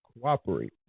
cooperate